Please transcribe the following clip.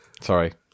sorry